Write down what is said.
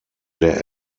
der